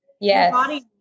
yes